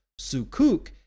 Sukuk